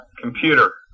Computer